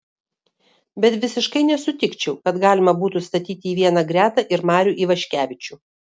bet visiškai nesutikčiau kad galima būtų statyti į vieną gretą ir marių ivaškevičių